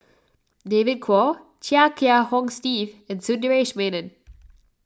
David Kwo Chia Kiah Hong Steve and Sundaresh Menon